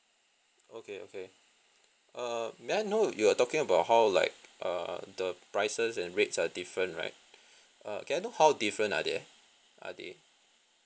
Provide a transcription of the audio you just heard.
okay okay err may I know you're talking about how like err the prices and rates are different right uh can I know how different are there are they